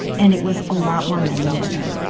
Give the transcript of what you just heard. and it was a lot more men than women.